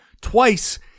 twice